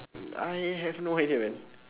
mm I have no idea man